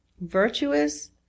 virtuous